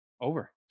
over